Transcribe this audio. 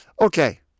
Okay